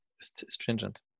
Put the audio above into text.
stringent